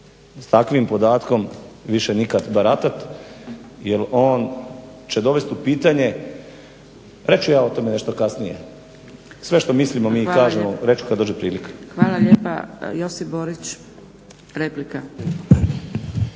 s takvim podatkom više nikad baratat jer on će dovest u pitanje, reći ću ja o tome nešto kasnije, sve što mislimo mi i kažemo, reći ću kad dođe prilika. **Zgrebec, Dragica